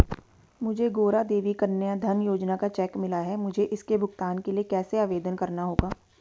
मुझे गौरा देवी कन्या धन योजना का चेक मिला है मुझे इसके भुगतान के लिए कैसे आवेदन करना होगा?